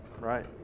right